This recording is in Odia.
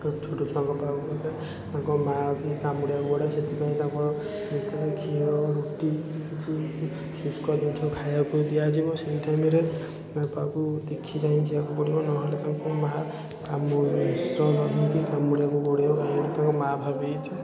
ଛୋଟ ଛୁଆଙ୍କ ପାଖକୁ ଗଲେ ତାଙ୍କ ମାଆ ବି କାମୁଡ଼ିବାକୁ ଗୋଡ଼ାଏ ସେଥିପାଇଁ ତାଙ୍କୁ କ୍ଷୀର ରୁଟି କିଛି ଶୁଷ୍କ ଜିନିଷ ଖାଇବାକୁ ଦିଆଯିବ ସେଇ ଚାଇମ୍ରେ ତା' ପାଖକୁ ଦେଖି ଚାହିଁ ଯିବାକୁ ପଡ଼ିବ ନ ହେଲେ ତାଙ୍କ ମାଆ କାମୁଡ଼ି ହିଂସ୍ର ରହିକି କାମୁଡ଼ିବାକୁ ଗୋଡ଼େଇବ କାହିଁକିନା ମାଆ ଭାବିବ